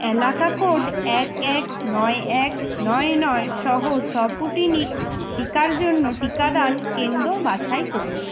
এলাকা কোড এক এক নয় এক নয় নয় সহ স্পুটনিক টিকার জন্য টিকাদান কেন্দ্র বাছাই করুন